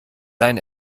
dein